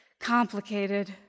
complicated